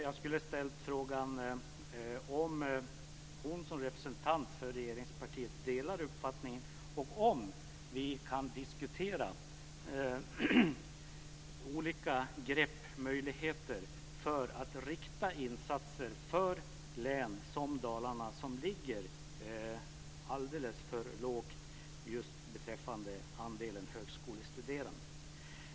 Jag skulle vilja fråga om hon som representant för regeringspartiet delar den uppfattningen och om vi kan diskutera olika grepp, möjligheter att rikta insatser för län som Dalarna som ligger alldeles för lågt just beträffande högskolestuderande.